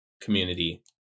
community